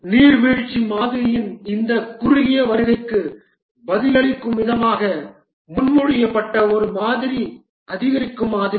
நீர்வீழ்ச்சி மாதிரியின் இந்த குறுகிய வருகைக்கு பதிலளிக்கும் விதமாக முன்மொழியப்பட்ட ஒரு மாதிரி அதிகரிக்கும் மாதிரி